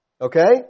Okay